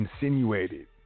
insinuated